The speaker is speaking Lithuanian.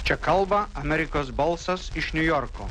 čia kalba amerikos balsas iš niujorko